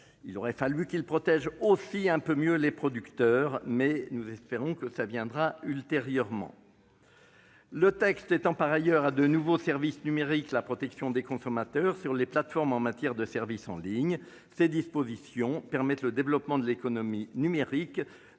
Il aurait fallu protéger aussi un peu mieux les producteurs, mais nous espérons que cela viendra ultérieurement. Par ailleurs, le texte étend à de nouveaux services numériques la protection des consommateurs sur les plateformes en matière de services en ligne. Ces dispositions permettront le développement de l'économie numérique